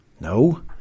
no